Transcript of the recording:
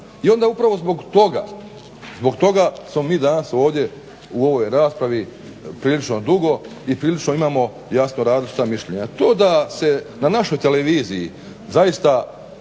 I onda upravo zbog toga smo mi danas ovdje u ovoj raspravi prilično dugo i prilično imamo različita mišljenja. To da se na našoj televiziji zaista,